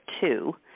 two